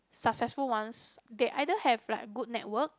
successful ones they either have like good network